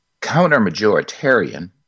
counter-majoritarian